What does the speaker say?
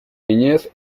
niñez